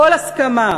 כל הסכמה,